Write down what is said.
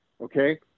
okay